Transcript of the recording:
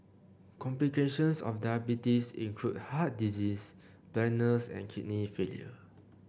complications of diabetes include heart disease blindness and kidney failure